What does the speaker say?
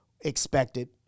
expected